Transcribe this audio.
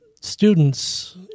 students